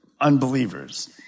unbelievers